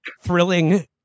thrilling